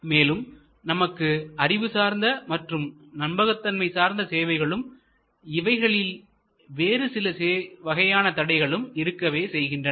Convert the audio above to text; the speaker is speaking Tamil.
மேலும் நமக்கு அறிவு சார்ந்த மற்றும் நம்பகதன்மை சார்ந்த சேவைகளும் இவைகளில் வேறு சில வகையான தடைகளும் இருக்கவே செய்கின்றன